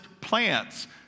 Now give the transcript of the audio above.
plants